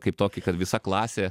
kaip tokį kad visa klasė